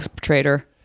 traitor